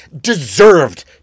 deserved